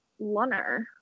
Lunner